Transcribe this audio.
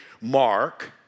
Mark